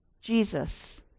Jesus